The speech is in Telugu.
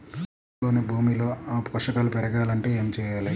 పొలంలోని భూమిలో పోషకాలు పెరగాలి అంటే ఏం చేయాలి?